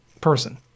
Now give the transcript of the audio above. person